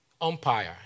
umpire